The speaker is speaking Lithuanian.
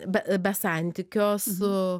be be santykio su